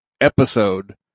episode